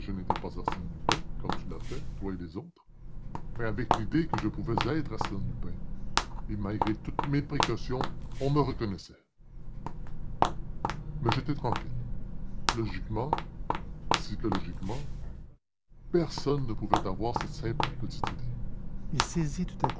n'étais pas arsène lupin comme vous l'avez fait vous et les autres mais avec l'idée que je pouvais être arsène lupin et malgré toutes mes précautions on me reconnaissait mais j'étais tranquille logiquement psychologiquement personne ne pouvait avoir cette simple petite idée il saisit tout à